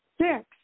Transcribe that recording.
six